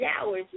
hours